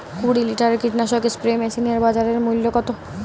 কুরি লিটারের কীটনাশক স্প্রে মেশিনের বাজার মূল্য কতো?